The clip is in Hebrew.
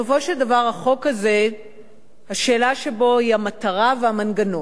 בסופו של דבר, השאלה בחוק הזה היא המטרה והמנגנון.